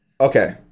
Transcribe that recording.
Okay